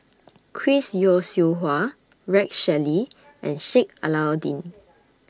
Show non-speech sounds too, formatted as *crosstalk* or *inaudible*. *noise* Chris Yeo Siew Hua Rex Shelley *noise* and Sheik Alau'ddin